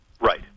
Right